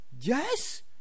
yes